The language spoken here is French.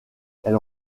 elle